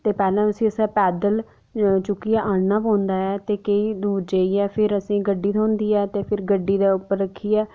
पैहले उसी पैदल चुक्की गै आह्नना पौंदा ऐ केई दूर जाइयै फिर असें गी गड्डी थ्होंदी फिर गड्डी दे उप्पर रक्खियै